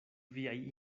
viaj